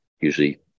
usually